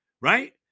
right